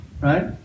Right